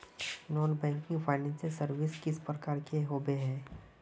Non banking financial services किस प्रकार के होबे है?